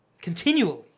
Continually